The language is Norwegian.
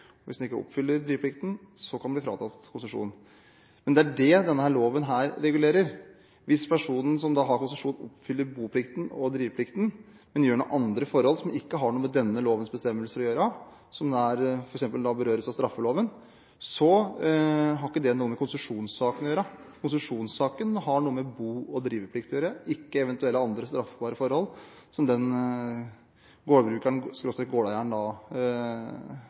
og driveplikten, men gjør seg skyldig i andre forhold som ikke har noe med denne lovens bestemmelser å gjøre, som f.eks. berøres av straffeloven, har ikke det noe med konsesjonssak å gjøre. Konsesjonssaken har noe med bo- og driveplikt å gjøre, ikke eventuelle andre straffbare forhold som